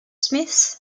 smith